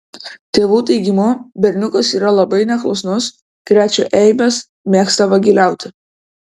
tėvų teigimu berniukas yra labai neklusnus krečia eibes mėgsta vagiliauti